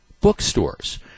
bookstores